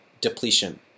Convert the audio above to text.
depletion